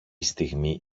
στιγμή